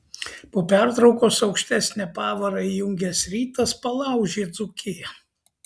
po pertraukos aukštesnę pavarą įjungęs rytas palaužė dzūkiją